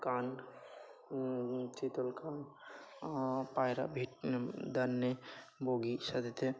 কান চিতল কান পায়রা ভিট দান্নে বগি সাত্তে